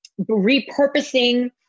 repurposing